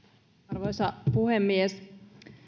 arvoisa puhemies